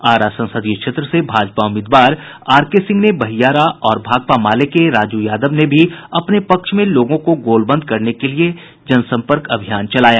आरा संसदीय क्षेत्र से भाजपा उम्मीदवार आर के सिंह ने बहियारा और भाकपा माले के राजू यादव ने भी अपने पक्ष में लोगों को गोलबंद करने के लिये जनसंपर्क अभियान चलाया